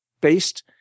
based